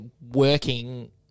working